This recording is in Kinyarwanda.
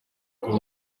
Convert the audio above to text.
kuba